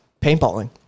paintballing